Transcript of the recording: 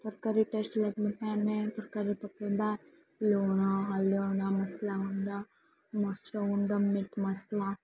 ତରକାରୀ ଟେଷ୍ଟ୍ ଲାଗିବା ପାଇଁ ତରକାରୀରେ ଆମେ ପକେଇବା ଲୁଣ ହଳଦୀ ଗୁଣ୍ଡ ମସଲା ଗୁଣ୍ଡ ମରିଚ ଗୁଣ୍ଡ ମିଟ୍ ମସଲା